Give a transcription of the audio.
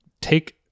take